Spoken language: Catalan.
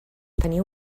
teniu